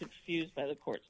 confused by the court